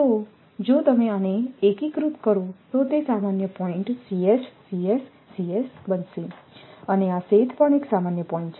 તેથી જો તમે આને એકીકૃત કરો તો તે સામાન્ય પોઇન્ટ્ અને આ શેથ પણ એક સામાન્ય પોઇન્ટ્ છે